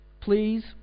please